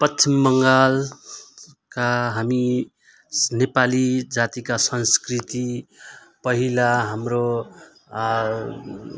पश्चिम बङ्गालका हामी नेपाली जातिका संस्कृति पहिला हाम्रो